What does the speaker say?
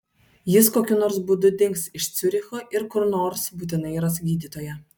jis kokiu nors būdu dings iš ciuricho ir kur nors būtinai ras gydytoją